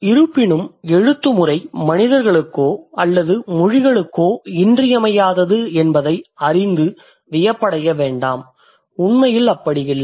இருப்பினும் எழுத்து முறை மனிதர்களுக்கோ அல்லது மொழிகளுக்கோ இன்றியமையாதது என்பதை அறிந்து வியப்படைய வேண்டாம் உண்மையில் அப்படி இல்லை